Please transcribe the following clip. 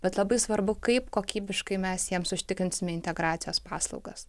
bet labai svarbu kaip kokybiškai mes jiems užtikrinsime integracijos paslaugas